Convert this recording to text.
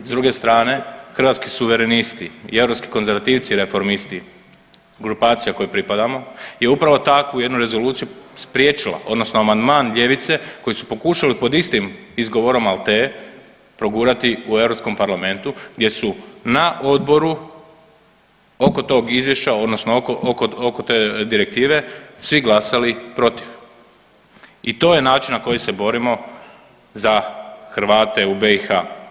S druge Hrvatski suverenisti i Europski konzervativci i Reformisti grupacija kojoj pripadamo je upravo takvu jednu rezoluciju spriječila odnosno amandman ljevice koji su pokušali pod istim izgovorom … progurati u Europskom parlamentu gdje su na odboru oko tog izvješća odnosno oko te direktive svi glasali protiv i to je način na koji se borimo za Hrvate u BiH.